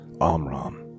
Amram